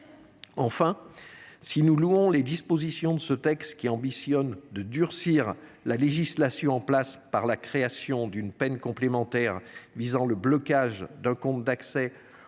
Enfin, si nous louons les dispositions de ce texte qui ambitionnent de durcir la législation en place par la création d’une peine complémentaire de blocage d’un compte d’accès